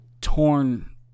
torn